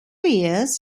years